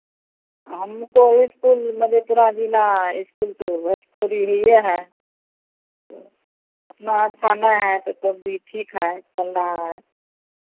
हमको स्कूल मधेपुरा जिला स्कूल तो भोजपुरी हइए है तो ओतना अच्छा नहीं है तो तब भी ठीक है चल रहा है